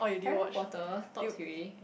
Harry-Potter top three